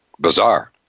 bizarre